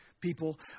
people